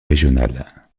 régionale